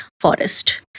forest